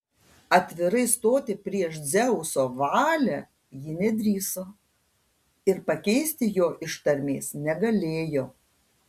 atvirai stoti prieš dzeuso valią ji nedrįso ir pakeisti jo ištarmės negalėjo